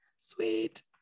sweet